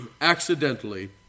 accidentally